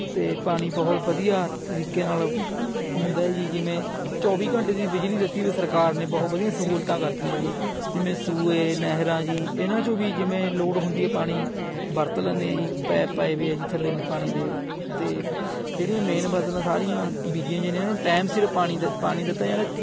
ਅਤੇ ਪਾਣੀ ਬਹੁਤ ਵਧੀਆ ਤਰੀਕੇ ਨਾਲ ਹੁੰਦਾ ਜੀ ਜਿਵੇਂ ਚੌਵੀ ਘੰਟੇ ਦੀ ਬਿਜਲੀ ਦਿੱਤੀ ਵੀ ਹੈ ਸਰਕਾਰ ਨੇ ਬਹੁਤ ਵਧੀਆ ਸਹੂਲਤਾਂ ਕਰਤੀਆਂ ਜੀ ਜਿਵੇਂ ਸੂਏ ਨਹਿਰਾਂ ਜੀ ਇਹਨਾਂ 'ਚੋਂ ਵੀ ਜਿਵੇਂ ਲੋੜ ਹੁੰਦੀ ਹੈ ਪਾਣੀ ਵਰਤ ਲੈਂਦੇ ਹਾਂ ਜੀ ਪੈਪ ਪਾਏ ਵੇ ਆ ਜੀ ਥੱਲੇ ਨੂੰ ਪਾਣੀ ਦੇ ਅਤੇ ਜਿਹੜੀਆਂ ਮੇਨ ਫਸਲਾਂ ਸਾਰੀਆਂ ਬੀਜੀਆਂ ਜਿਹਨਾਂ ਨੂੰ ਟੈਮ ਸਿਰ ਪਾਣੀ ਦਿੱ ਪਾਣੀ ਦਿੱਤਾ ਜਾਂਦਾ